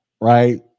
right